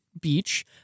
beach